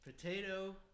Potato